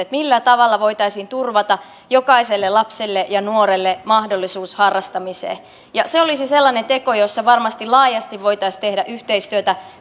niin millä tavalla voitaisiin turvata jokaiselle lapselle ja nuorelle mahdollisuus harrastamiseen se olisi sellainen teko jossa varmasti laajasti voitaisiin tehdä yhteistyötä